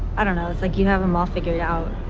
i don't know it's like you have em all figured out.